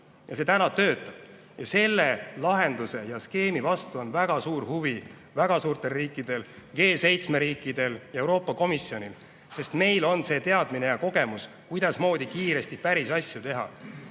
Ja see praegu töötab. Selle lahenduse ja skeemi vastu on väga suur huvi väga suurtel riikidel, G7 riikidel ja Euroopa Komisjonil, sest meil on see teadmine ja kogemus, kuidasmoodi kiiresti päris asju teha.